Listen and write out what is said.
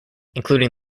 including